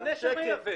גם נשר מייבאת.